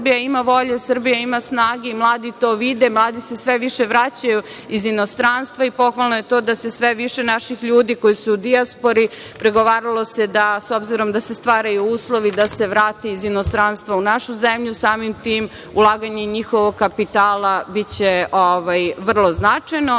Srbija ima volje, Srbija ima snage. Mladi to vide, mladi se sve više vraćaju iz inostranstva i pohvalno je to da se sve više naših ljudi koji su u dijaspori, pregovaralo se da, s obzirom da se stvaraju uslovi da se vrate iz inostranstva u našu zemlju, samim tim ulaganjem i njihovog kapitala biće vrlo značajno. Možda